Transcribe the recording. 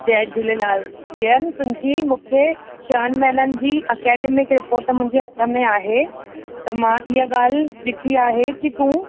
जय झूलेलाल किरन तुंहिंजी मूंखे छ्हनि महिननि जी एकैडमिक रिपोर्ट मुंहिंजे हथ में आहे त मां हीअ ॻाल्हि ॾिठी आहे की तूं